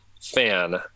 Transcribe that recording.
fan